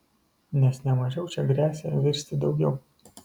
nes ne mažiau čia gresia virsti daugiau